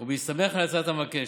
בהסתמך על הצעת המבקש,